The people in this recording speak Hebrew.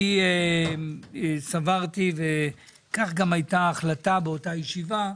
אני סברתי, וכך גם הייתה ההחלטה באותה ישיבה,